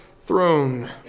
throne